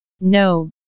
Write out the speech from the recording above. No